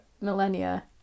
millennia